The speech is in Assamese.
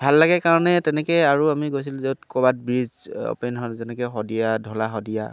ভাল লাগে কাৰণে তেনেকে আৰু আমি গৈছিলোঁ য'ত ক'ৰবাত ব্ৰিজ অ'পেন হ'ল যেনেকে শদিয়া ঢলা শদিয়া